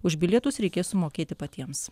už bilietus reikės sumokėti patiems